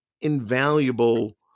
invaluable